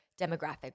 demographic